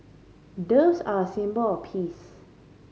doves are a symbol of peace